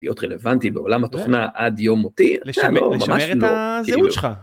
‫להיות רלוונטי בעולם התוכנה ‫עד יום מותי, זה לא, ממש לא. לשמר את הזהות שלך.